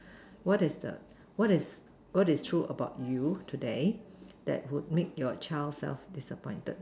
what is the what is what is true about you today that would make your child self disappointed